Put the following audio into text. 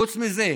חוץ מזה,